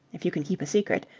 if you can keep a secret.